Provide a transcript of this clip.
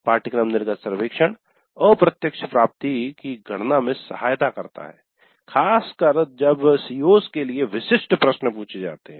पाठ्यक्रम निर्गत सर्वेक्षण अप्रत्यक्ष प्राप्ति की गणना में सहायता करता है खासकर जब CO's के लिए विशिष्ट प्रश्न पूछे जाते हैं